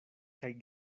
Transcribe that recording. kaj